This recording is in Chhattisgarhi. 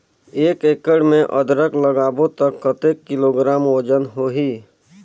एक एकड़ मे अदरक लगाबो त कतेक किलोग्राम वजन होही?